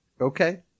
Okay